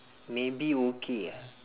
maybe okay ah